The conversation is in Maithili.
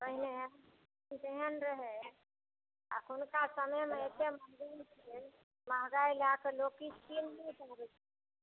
पहिने तेहन रहै एखुनका समयमे एतेक मजबूर छियै महगाइ लैकऽ लोग कि दूर